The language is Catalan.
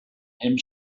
hem